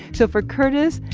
so for curtis,